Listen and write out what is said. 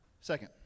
Second